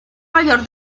mayor